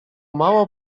mało